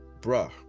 Bruh